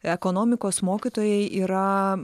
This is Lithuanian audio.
ekonomikos mokytojai yra